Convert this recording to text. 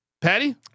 Patty